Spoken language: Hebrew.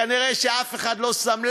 כנראה שאף אחד לא שם לב,